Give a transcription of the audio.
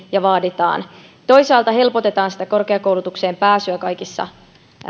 ja sitä vaaditaan tämänkin jälkeen toisaalta helpotetaan korkeakoulutukseen pääsyä kaikissa